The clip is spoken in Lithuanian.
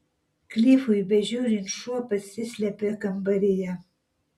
klifui bežiūrint šuo pasislėpė kambaryje